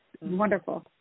wonderful